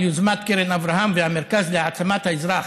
של יוזמות קרן אברהם והמרכז להעצמת האזרח